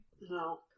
No